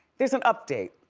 there's an update.